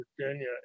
Virginia